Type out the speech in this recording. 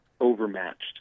overmatched